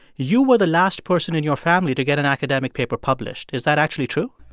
you were the last person in your family to get an academic paper published. is that actually true?